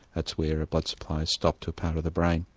that's where a blood supply is stopped to part of the brain.